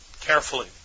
carefully